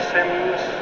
Sims